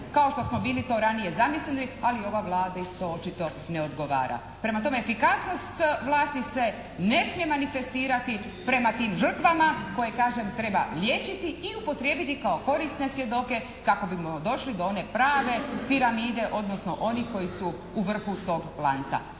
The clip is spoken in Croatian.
kao što smo bili to ranije zamislili ali ovoj Vladi to očito ne odgovara. Prema tome, efikasnost vlasti se ne smije manifestirati prema tim žrtvama, koje kažem treba liječiti i upotrijebiti kao korisne svjedoke kako bismo došli do one prave piramide odnosno onih koji su u vrhu tog lanca.